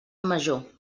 major